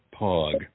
Pog